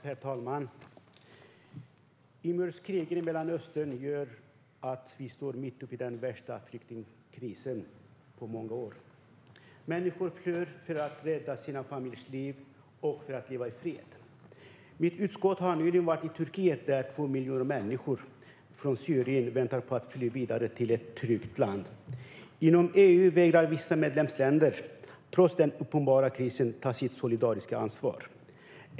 Herr talman! Inbördeskriget i Mellanöstern gör att vi står mitt uppe i den värsta flyktingkrisen på många år. Människor flyr för att rädda sina familjers liv och för att få leva i fred. Mitt utskott har nyligen varit i Turkiet, där 2 miljoner människor från Syrien väntar på att fly vidare till ett tryggt land. Inom EU vägrar vissa medlemsländer, trots den uppenbara krisen, ta sitt solidariska ansvar.